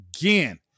again